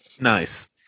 Nice